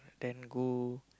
then go